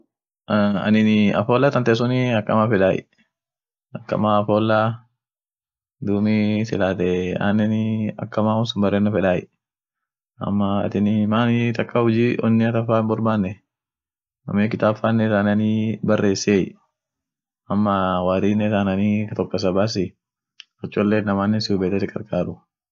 Denmakin ada ishia kabd ada ishian birria won irit bekanu lilanii mambo latreaturet design iyo iyo art iyoo sagale ishin nyaatuo amine dumii won lila familii faa wojiebite ama gamada ama inama wolin huji midase wolfeduu wontafa lila faan jiirtie amineni tadibin mambo design nine lila faan jirti mambo woi ijarsat wo chora sun lila faan jiirti inama akii jogin udzonii faa nam amineni ingels faa inama sunii lila beekani sagale ishin nyaatuu newnodik nodik yeden nodi